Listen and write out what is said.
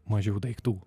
mažiau daiktų